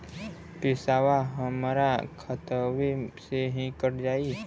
पेसावा हमरा खतवे से ही कट जाई?